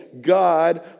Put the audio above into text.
God